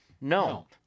No